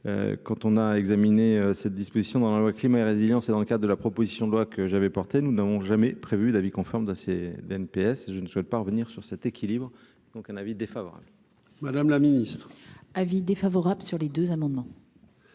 quand on a examiné cette disposition dans la loi climat et résilience et dans le cas de la proposition de loi que j'avais porté, nous n'avons jamais prévu d'avis conforme de ces BMPS, je ne souhaite pas revenir sur cet équilibre, donc un avis défavorable. Madame la Ministre avis défavorable sur les deux amendements.